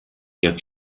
jak